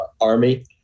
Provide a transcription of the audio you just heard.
army